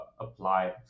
apply